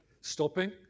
stopping